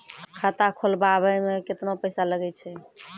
खाता खोलबाबय मे केतना पैसा लगे छै?